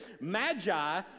magi